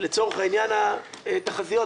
לצורך העניין, על התחזיות.